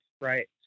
right